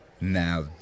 Now